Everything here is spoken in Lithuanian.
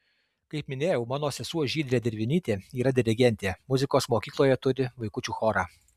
kaip minėjau mano sesuo žydrė dervinytė yra dirigentė muzikos mokykloje turi vaikučių chorą